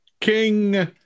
King